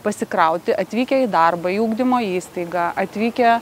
pasikrauti atvykę į darbą į ugdymo įstaigą atvykę